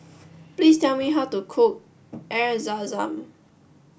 please tell me how to cook Air Zam Zam